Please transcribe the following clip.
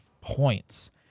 points